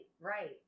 right